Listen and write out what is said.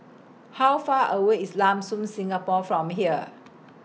How Far away IS Lam Soon Singapore from here